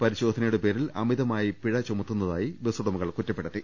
പരിശോധന യുടെ പേരിൽ അമിതമായി പിഴ ചുമത്തുന്നതായി ബസ്സുടമകൾ കുറ്റപ്പെടുത്തി